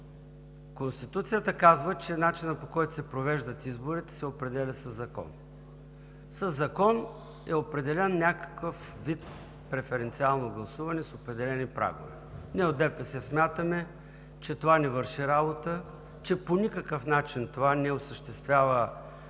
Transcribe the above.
Конституцията казва, че начинът, по който се провеждат изборите, се определя със закон. Със закон е определен някакъв вид преференциално гласуване с определени прагове. Ние от ДПС смятаме, че това не върши работа, че по никакъв начин това не осъществява